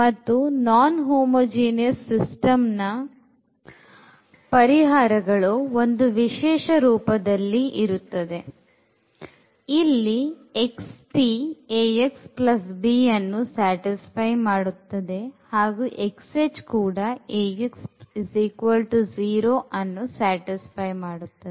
ಮತ್ತು non homogenous system ನ ಪರಿಹಾರಗಳು ಒಂದು ವಿಶೇಷ ರೂಪದಲ್ಲಿಇರುತ್ತದೆ ಹಾಗೂ ಇಲ್ಲಿ xp Ax b ಅನ್ನು satisfy ಮಾಡುತ್ತದೆ ಹಾಗೂ xh Ax 0 ಅನ್ನುsatisfy ಮಾಡುತ್ತದೆ